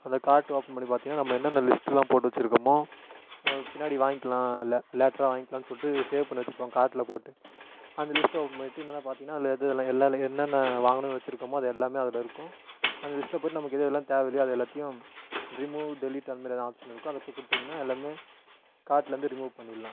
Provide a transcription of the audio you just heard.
அந்த card open பண்ணி பார்த்திங்கனா நம்ம என்னென்ன லிஸ்டெலாம் போட்டு வச்சிருக்கோமோ அது பின்னாடி வாங்கிக்கலாம் ல லேட்ராக வாங்கிக்கலாம்னு சொல்லிட்டு சேவ் பண்ணி வச்சிருக்கோம் கார்ட்டில் போட்டு அந்த லிஸ்ட்டை ஓப்பன் பண்ணிவிட்டு நல்லா பார்த்திங்கனா அதில் எது எதெலாம் எல்லா என்னென்ன வாங்கணும்னு வச்சிருக்கோமோ அது எல்லாமே அதில் இருக்கும் அந்த லிஸ்டில் போய்ட்டு நமக்கு எது எதெல்லாம் தேவை இல்லையோ அது எல்லாத்தையும் ரிமூவ் டெலிட் அந்தமாதிரி எதுவும் ஆப்ஷன் இருக்கும் அதை போய் கொடுத்திங்கனா எல்லாமே கார்டில் இருந்து ரிமூவ் பண்ணிடலாம்